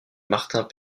martin